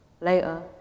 Later